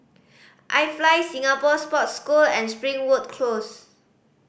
I Fly Singapore Sports School and Springwood Close